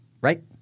Right